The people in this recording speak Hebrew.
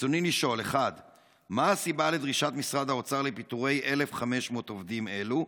רצוני לשאול: 1. מה הסיבה לדרישת משרד האוצר לפיטורי 1,500 עובדים אלו,